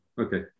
Okay